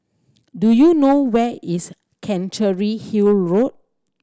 do you know where is Chancery Hill Road